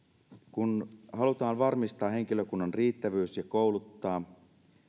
kun halutaan varmistaa henkilökunnan riittävyys ja kouluttaa